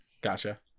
Gotcha